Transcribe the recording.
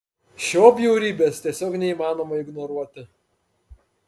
šio bjaurybės tiesiog neįmanoma ignoruoti